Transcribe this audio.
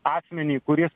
akmenį kuris